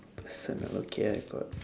personal okay I got